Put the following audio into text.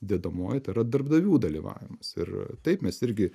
dedamoji tai yra darbdavių dalyvavimas ir taip mes irgi